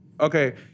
Okay